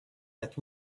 that